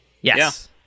Yes